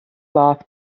laeth